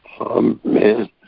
amen